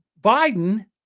Biden